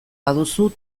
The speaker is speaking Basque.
baduzu